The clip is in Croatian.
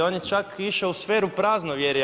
On je čak išao u sferu praznovjerja.